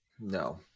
No